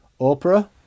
Oprah